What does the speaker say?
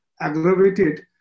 aggravated